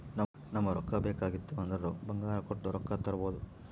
ನಮುಗ್ ರೊಕ್ಕಾ ಬೇಕ್ ಆಗಿತ್ತು ಅಂದುರ್ ಬಂಗಾರ್ ಕೊಟ್ಟು ರೊಕ್ಕಾ ತರ್ಬೋದ್